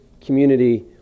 community